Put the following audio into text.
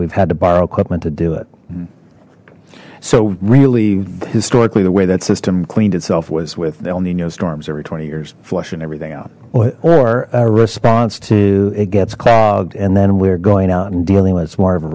we've had to borrow equipment to do it hmm so really historically the way that system cleaned itself was with el nino storms every twenty years flushing everything out well or a response to it gets clogged and then we're going out and dealing with it's more of a